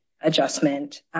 adjustment